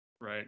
Right